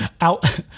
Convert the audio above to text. out